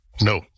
No